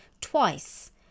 twice